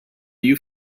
you